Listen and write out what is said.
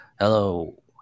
hello